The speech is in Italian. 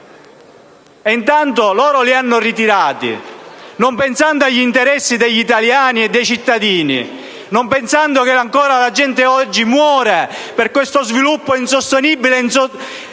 intanto loro li hanno ritirati, non pensando agli interessi degli italiani e dei cittadini, non pensando che ancora oggi la gente muore per questo sviluppo insostenibile e non tollerabile